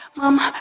mama